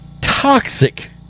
toxic